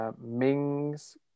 Mings